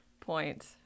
point